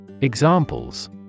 Examples